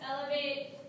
Elevate